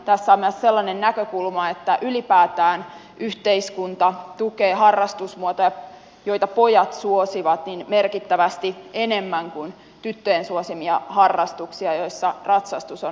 tässä on myös sellainen näkökulma että ylipäätään yhteiskunta tukee harrastusmuotoja joita pojat suosivat merkittävästi enemmän kuin tyttöjen suosimia harrastuksia joissa ratsastus on